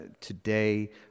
today